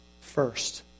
first